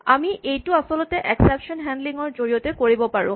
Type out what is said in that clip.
আমি এইটো আচলতে এক্সেপচন হেন্ডলিং ৰ জৰিয়তে কৰিব পাৰোঁ